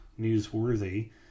newsworthy